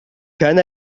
كان